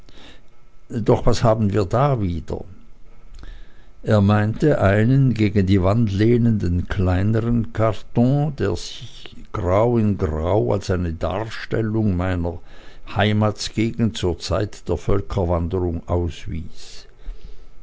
doch was haben wir hier wieder er meinte einen gegen die wand lehnenden kleinern karton der sich grau in grau als eine darstellung meiner heimatsgegend zur zeit der völkerwanderung auswies